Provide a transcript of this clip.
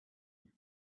you